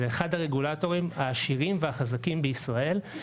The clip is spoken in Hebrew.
זה אחד הרגולטורים העשירים והחזקים בישראל.